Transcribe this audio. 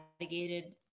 navigated